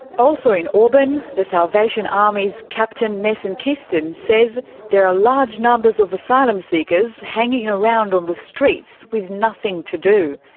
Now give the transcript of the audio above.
also in auburn, the salvation army's captain nesan kistan says there are large numbers of asylum seekers hanging around on the streets with nothing nothing to do.